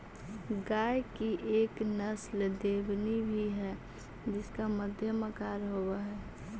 गाय की एक नस्ल देवनी भी है जिसका मध्यम आकार होवअ हई